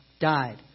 died